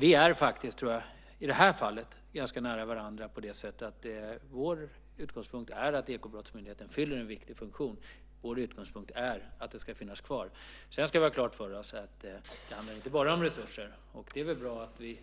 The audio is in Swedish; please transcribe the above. Vi är i det här fallet ganska nära varandra på det sättet att vår utgångspunkt är att Ekobrottsmyndigheten fyller en viktig funktion. Vår utgångspunkt är att den ska finnas kvar. Sedan ska vi ha klart för oss att det inte bara handlar om resurser. Det är väl bra att vi